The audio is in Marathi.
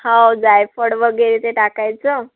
हो जायफळ वगैरे ते टाकायचं